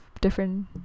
different